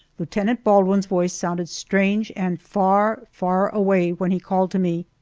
lieutenant baldwin's voice sounded strange and far, far away when he called to me,